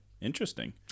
Interesting